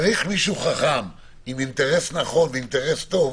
צריך מישהו חכם עם אינטרס נכון וטוב